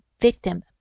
victim